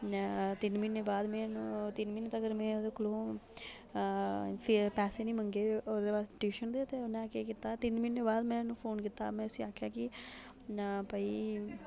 तिन्न म्हीने बाद में उ'नें ई तिन्न म्हीनें तगर में ओह्दे कोलूं फीस पैसे निं मंगे ओह्दे बाद ट्यूशन दे ते उ'नें केह् कीता तिन्न म्हीनें बाद में उ'न्नूं फोन कीता में उसी आखेआ कि आं भाई